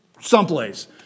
someplace